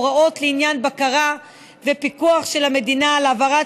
הוראות לעניין בקרה ופיקוח של המדינה על העברת